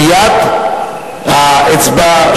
מייד האצבע,